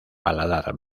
paladar